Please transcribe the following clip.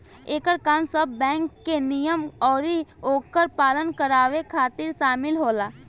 एकर काम सब बैंक के नियम अउरी ओकर पालन करावे खातिर शामिल होला